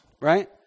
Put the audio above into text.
Right